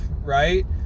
right